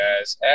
guys